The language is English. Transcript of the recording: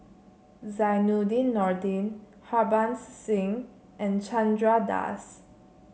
Zainudin Nordin Harbans Singh and Chandra Das